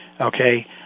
okay